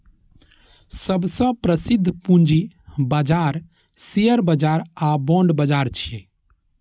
सबसं प्रसिद्ध पूंजी बाजार शेयर बाजार आ बांड बाजार छियै